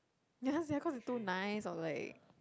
ya sia cause he's too nice or like